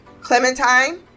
Clementine